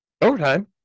overtime